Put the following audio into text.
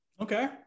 Okay